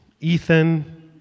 Ethan